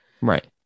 Right